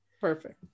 Perfect